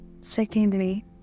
Secondly